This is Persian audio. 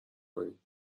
کنید